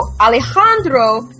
Alejandro